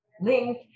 link